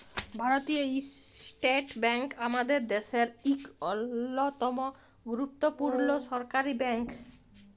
ভারতীয় state bank আমাদের দ্যাশের ইক অল্যতম গুরুত্তপুর্ল সরকারি ব্যাংক